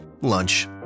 Lunch